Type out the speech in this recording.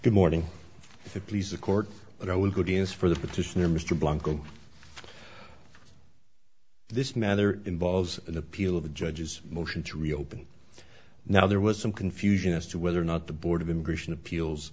good morning it please the court but only good news for the petitioner mr blanco this matter involves an appeal of a judge's motion to reopen now there was some confusion as to whether or not the board of immigration appeals